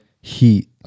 Heat